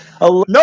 No